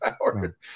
power